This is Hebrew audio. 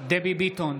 דבי ביטון,